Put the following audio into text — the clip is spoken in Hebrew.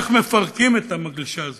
איך מפרקים את המגלשה הזאת,